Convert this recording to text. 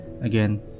Again